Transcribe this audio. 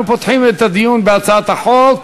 אנחנו פותחים את הדיון בהצעת החוק.